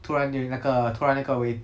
突然 during 那个突然那个 wait